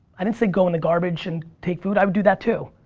i didn't say go in the garbage and take food, i would do that too.